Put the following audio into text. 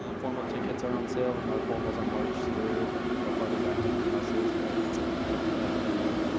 um formal tickets are on sale and our formal is on march third. a little farther back in everyone else's but that's when we have the venue.